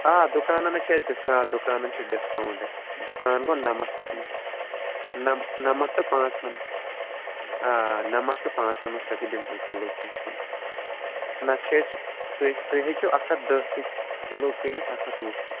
آ دُکانَن ہَے چھِ اَسہِ ڈِس آ دُکانَن چھِ ڈِسکاوُنٛٹ اَسہِ دُکان گوٚو نَمٛتھ نمٛتھ ٹُو پانٛژٕنَمٛتھ آ نمٛتھ ٹُو پانژٕنَمٛتھ رۄپیہِ دِمہَو کِلوٗ کیٚنٛہہ چھُنہٕ نتہٕ چھِ أسۍ تُہۍ تُہۍ ہیٚکِو اَکھ ہَتھ داہ تہِ کلوٗ کٕنِتھ اَکھ ہَتھ وُہ تہِ